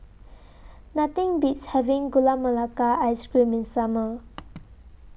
Nothing Beats having Gula Melaka Ice Cream in The Summer